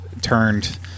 turned